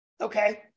okay